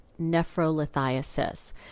nephrolithiasis